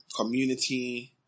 community